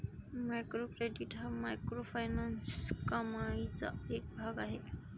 micro credit हा microfinance कमाईचा एक भाग आहे